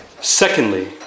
Secondly